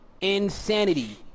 insanity